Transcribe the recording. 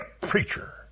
preacher